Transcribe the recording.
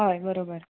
हय बरोबर